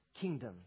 kingdom